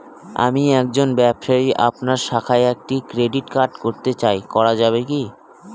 আমি একজন ব্যবসায়ী আপনার শাখায় একটি ক্রেডিট কার্ড করতে চাই করা যাবে কি?